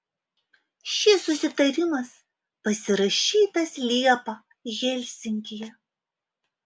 šis susitarimas pasirašytas liepą helsinkyje